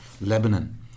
Lebanon